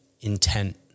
intent